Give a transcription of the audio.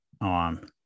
on